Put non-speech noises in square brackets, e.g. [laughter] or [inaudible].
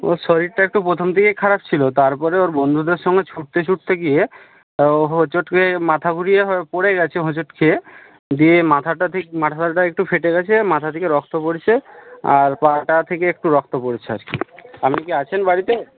ওর শরীরটা একটু প্রথম থেকেই খারাপ ছিল তারপরে ওর বন্ধুদের সঙ্গে ছুটতে ছুটতে গিয়ে হোঁচট খেয়ে মাথা ঘুরিয়ে পড়ে গেছে হোঁচট খেয়ে দিয়ে মাথাটা [unintelligible] মাথাটা একটু ফেটে গেছে মাথা থেকে রক্ত পড়ছে আর পাটা থেকে একটু রক্ত পড়ছে আর কি আপনি কি আছেন বাড়িতে